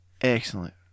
excellent